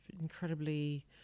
incredibly